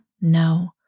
No